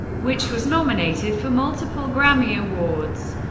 which was nominated for multiple grammy awards.